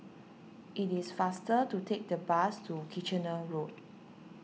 it is faster to take the bus to Kitchener Road